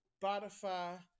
Spotify